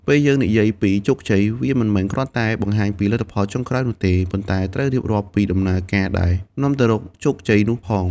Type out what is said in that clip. ពេលយើងនិយាយពីជោគជ័យ វាមិនមែនគ្រាន់តែបង្ហាញពីលទ្ធផលចុងក្រោយនោះទេ ប៉ុន្តែត្រូវរៀបរាប់ពីដំណើរការដែលនាំទៅរកជោគជ័យនោះផង។